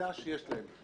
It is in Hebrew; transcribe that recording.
להם.